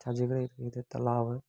छाजे करे त तलाव